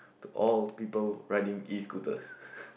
to all people riding Escooters